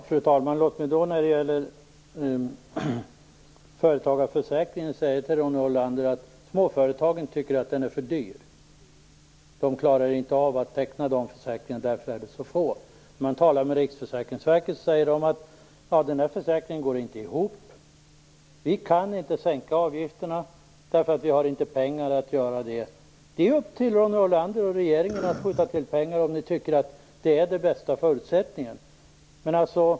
Fru talman! Låt mig säga till Ronny Olander att småföretagen tycker att småföretagarförsäkringen är för dyr. De klarar inte av att teckna de försäkringarna. Därför är det så få försäkringar. På Riksförsäkringsverket säger man: Försäkringen går inte ihop. Vi kan inte sänka avgifterna eftersom vi inte har pengar att göra det. Det är upp till Ronny Olander och regeringen att skjuta till pengar om ni tycker att det är den bästa förutsättningen.